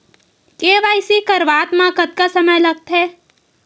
KYC करवात म कतका समय लगथे?